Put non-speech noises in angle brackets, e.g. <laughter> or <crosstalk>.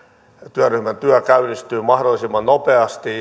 työryhmän työ käynnistyy mahdollisimman nopeasti <unintelligible>